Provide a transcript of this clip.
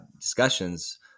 discussions